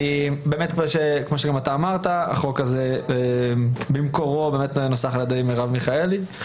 כמו שאמרת החוק הזה במקורו נוסח על-ידי מרב מיכאלי,